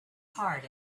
heart